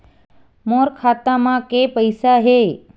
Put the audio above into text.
मोर खाता म के पईसा हे?